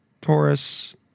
Taurus